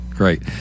great